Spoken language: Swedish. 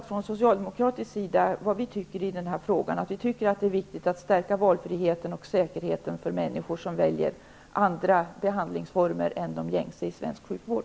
Från socialdemokratisk sida har vi i alla fall visat att vi tycker att det är viktigt att stärka valfriheten och säkerheten för människor som väljer andra behandlingsformer än de gängse i svensk sjukvård.